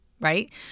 right